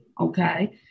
Okay